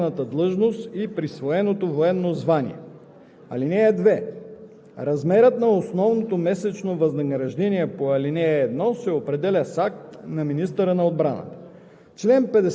За времето на срочната служба в доброволния резерв резервистът получава основно месечно възнаграждение в съответствие със заеманата длъжност и присвоеното военно звание.